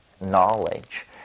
knowledge